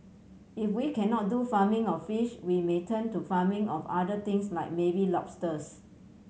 if we cannot do farming of fish we may turn to farming of other things like maybe lobsters